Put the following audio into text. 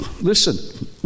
Listen